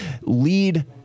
lead